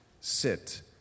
sit